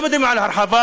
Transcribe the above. לא מדברים על הרחבה,